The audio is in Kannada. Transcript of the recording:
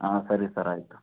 ಹಾಂ ಸರಿ ಸರ್ ಆಯಿತು